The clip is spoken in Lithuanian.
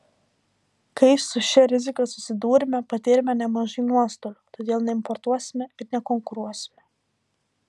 kai su šia rizika susidūrėme patyrėme nemažai nuostolių todėl neimportuosime ir nekonkuruosime